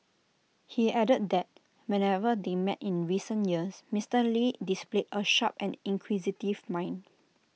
he added that whenever they met in recent years Mister lee displayed A sharp and inquisitive mind